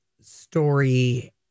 story